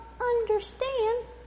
understand